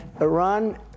Iran